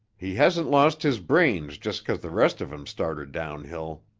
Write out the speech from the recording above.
he hasn't lost his brains just cause the rest of him started downhill.